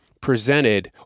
presented